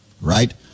right